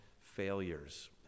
failures